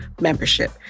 membership